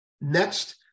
Next